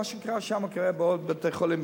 מה שקרה שם קורה כנראה בעוד בתי-חולים,